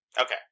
Okay